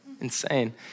Insane